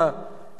בינתיים